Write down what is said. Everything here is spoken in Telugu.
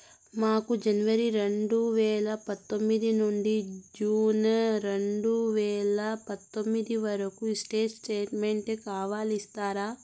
మాకు జనవరి రెండు వేల పందొమ్మిది నుండి జూన్ రెండు వేల పందొమ్మిది వరకు స్టేట్ స్టేట్మెంట్ కావాలి ఇస్తారా